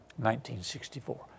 1964